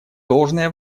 должное